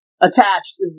attached